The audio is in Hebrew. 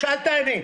אל תעני.